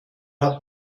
hat